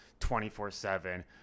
24-7